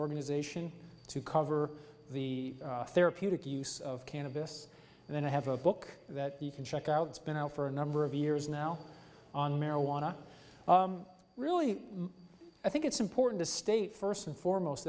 organization to cover the therapeutic use of cannabis and then i have a book that you can check out it's been out for a number of years now on marijuana really i think it's important to state first and foremost